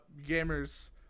gamers